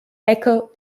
eco